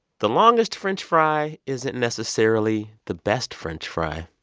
the longest french fry isn't necessarily the best french fry.